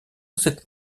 cette